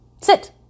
sit